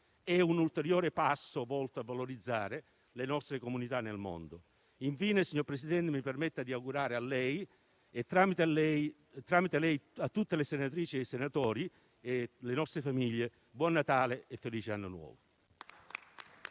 è un ulteriore passo volto a valorizzare le nostre comunità nel mondo. Infine, signor Presidente, mi permetta di augurare a lei e a tutte le senatrici e tutti i senatori e alle loro famiglie buon Natale e felice anno nuovo.